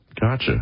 Gotcha